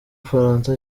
bufaransa